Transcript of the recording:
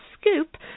scoop